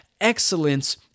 excellence